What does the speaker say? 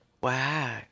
Wow